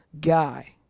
guy